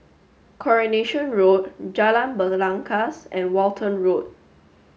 Coronation Road Jalan Belangkas and Walton Road